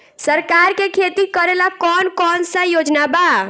सरकार के खेती करेला कौन कौनसा योजना बा?